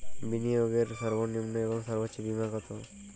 বিনিয়োগের সর্বনিম্ন এবং সর্বোচ্চ সীমা কত?